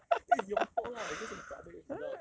that is your fault lah I get so garbage results